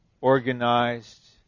organized